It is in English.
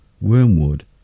wormwood